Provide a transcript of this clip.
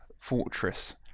fortress